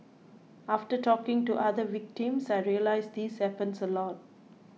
after talking to other victims I realised this happens a lot